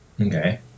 Okay